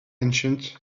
ancient